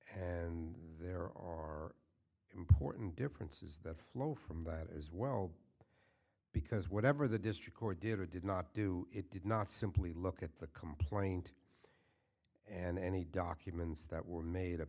and there are important differences that flow from that as well because whatever the district court did or did not do it did not simply look at the complaint and any documents that were made a